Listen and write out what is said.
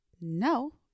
no